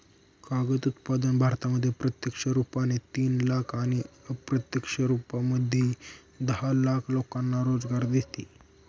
कागद उत्पादन भारतामध्ये प्रत्यक्ष रुपाने तीन लाख आणि अप्रत्यक्ष रूपामध्ये दहा लाख लोकांना रोजगार देतो